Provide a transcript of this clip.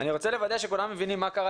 אני רוצה לוודא שכולם מבינים מה קרה